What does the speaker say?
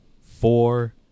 four